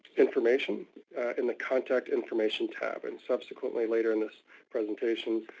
information in the contact information tab. and subsequently later in this presentation,